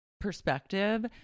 perspective